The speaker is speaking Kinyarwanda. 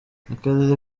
akarere